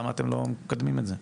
למה אתם לא מקדמים את זה?